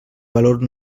valor